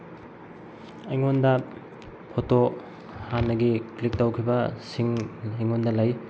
ꯑꯩꯉꯣꯟꯗ ꯐꯣꯇꯣ ꯍꯥꯟꯅꯒꯤ ꯀ꯭ꯂꯤꯛ ꯇꯧꯈꯤꯕꯁꯤꯡ ꯑꯩꯉꯣꯟꯗ ꯂꯩ